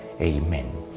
Amen